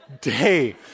day